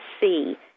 see